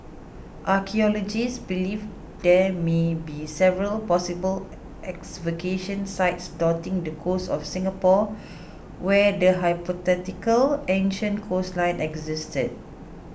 archaeologists believe there may be several possible excavation sites dotting the coast of Singapore where the hypothetical ancient coastline existed